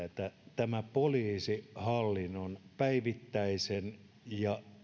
että poliisihallinnon päivittäisen ja